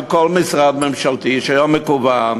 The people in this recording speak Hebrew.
שכל משרד ממשלתי שהיום מקוון,